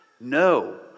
no